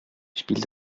spiel